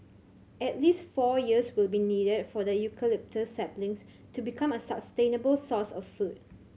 at least four years will be needed for the eucalyptus saplings to become a sustainable source of food